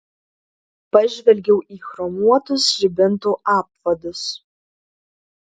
pažvelgiau į chromuotus žibintų apvadus